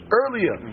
earlier